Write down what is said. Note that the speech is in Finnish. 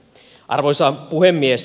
arvoisa puhemies